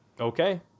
okay